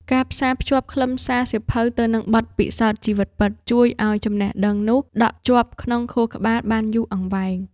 ការផ្សារភ្ជាប់ខ្លឹមសារសៀវភៅទៅនឹងបទពិសោធន៍ជីវិតពិត ជួយឱ្យចំណេះដឹងនោះដក់ជាប់ក្នុងខួរក្បាលបានយូរអង្វែង។